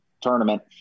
tournament